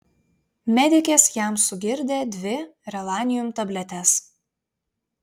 medikės jam sugirdė dvi relanium tabletes